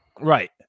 Right